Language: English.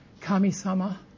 Kami-sama